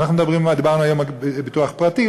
ואנחנו דיברנו היום על ביטוח פרטי,